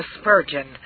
Spurgeon